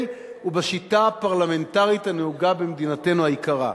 ובשיטה הפרלמנטרית הנהוגה במדינתנו היקרה.